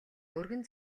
өргөн